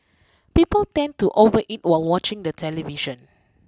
people tend to overeat while watching the television